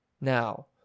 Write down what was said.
Now